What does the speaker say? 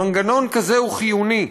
מנגנון כזה הוא חיוני.